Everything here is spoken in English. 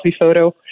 photo